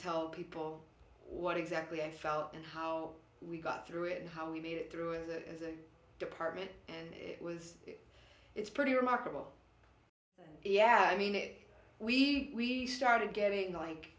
tell people what exactly i felt and how we got through it and how we made it through as a department and it was it's pretty remarkable yeah i mean it we started getting like